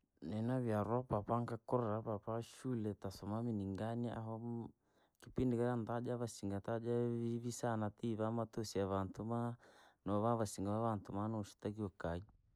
Ninanyaarwa apaapa nkakuura apaapa shule tasoma miningani aha, kipindi kira ntataja vasinga taja vivii sana tivaa matosi yavantuu vaa, maanovaa vasingaa vaavantu maa noshtakiwa.